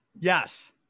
yes